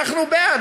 אנחנו בעד,